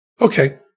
Okay